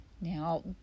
Now